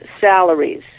salaries